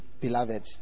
beloved